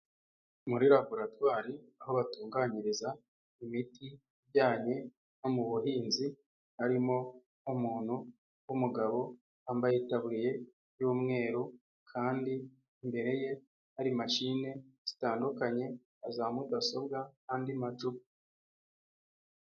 Muri laboratwari aho batunganyiriza imiti ijyanye no mu buhinzi harimo umuntu w'umugabo wambaye itabuye y'umweru kandi imbere ye hari mashine zitandukanye na za mudasobwa n'andi macupa.